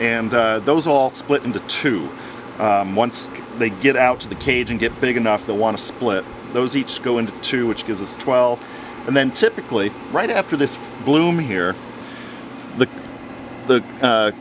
and those all split into two once they get out of the cage and get big enough to want to split those each go into two which gives us twelve and then typically right after this bloom here the